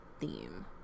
theme